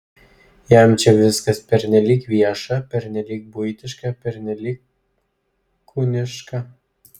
jam čia viskas pernelyg vieša pernelyg buitiška pernelyg kūniška